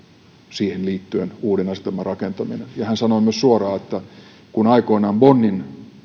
siihen liittyen uuden järjestelmän rakentaminen ja hän myös sanoi suoraan että kun aikoinaan bonnin